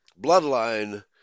bloodline